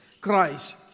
Christ